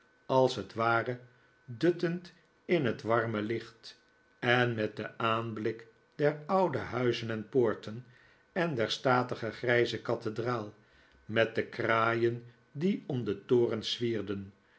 als het ware duttend in het warme licht en met den aanblik der oude huizen en poorten en der statige grijze kathedraal met de kraaien die om de torens zwierden